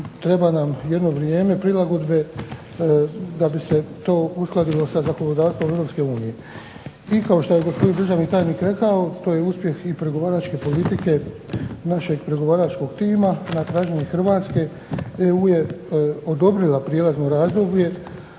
treba nam jedno vrijeme prilagodbe da bi se to uskladilo sa zakonodavstvom Europske unije. Ti, kao što je gospodin državni tajnik rekao, to je uspjeh i pregovaračke politike našeg pregovaračkog tima. Na traženje Hrvatske EU je odobrila prijelazno razdoblje